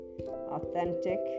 authentic